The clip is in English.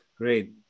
Great